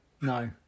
No